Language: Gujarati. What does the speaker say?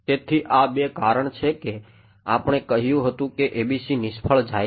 તેથી આ બે કરણ છે કે આપણે કહ્યું હતું કે ABC નિષ્ફળ જાય છે